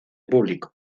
público